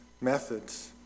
methods